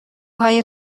پای